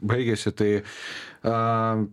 baigėsi tai